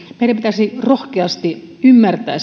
meidän pitäisi rohkeasti ymmärtää